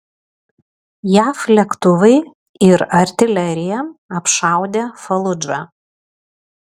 jav lėktuvai ir artilerija apšaudė faludžą